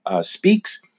speaks